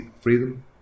freedom